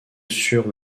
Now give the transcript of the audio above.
sur